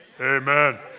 amen